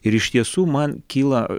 ir iš tiesų man kyla